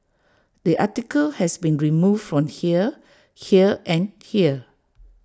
the article has been removed from here here and here